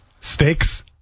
Stakes